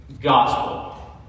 Gospel